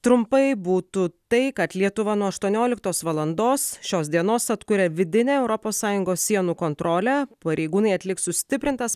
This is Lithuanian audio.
trumpai būtų tai kad lietuva nuo aštuonioliktos valandos šios dienos atkuria vidinę europos sąjungos sienų kontrolę pareigūnai atliks sustiprintas